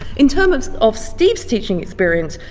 in terms of steve's teaching experience,